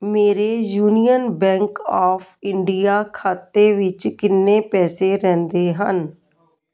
ਮੇਰੇ Union Bank of India ਖਾਤੇ ਵਿੱਚ ਕਿੰਨੇ ਪੈਸੇ ਰਹਿੰਦੇ ਹਨ